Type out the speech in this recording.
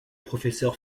professeur